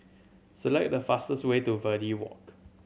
select the fastest way to Verde Walk